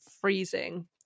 freezing